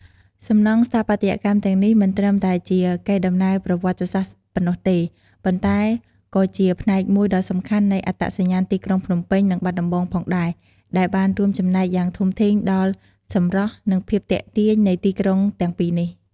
សំណង់ស្ថាបត្យកម្មទាំងនេះមិនត្រឹមតែជាកេរដំណែលប្រវត្តិសាស្ត្រប៉ុណ្ណោះទេ ប៉ុន្តែក៏ជាផ្នែកមួយដ៏សំខាន់នៃអត្តសញ្ញាណទីក្រុងភ្នំពេញ និងបាត់ដំបងផងដែរ ដែលបានរួមចំណែកយ៉ាងធំធេងដល់សម្រស់ និងភាពទាក់ទាញនៃទីក្រុងទាំងពីរនេះ។